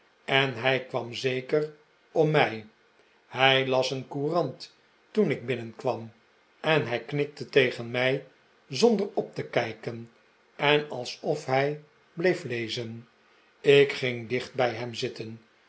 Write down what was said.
en hij kwam zeker om mij hij las een courant toen ik binnenkwam en hij knikte tegen mij zonder op te kijken en alsof hij bleef lezen ik ging dicht bij hem zitten